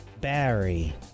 Barry